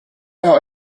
out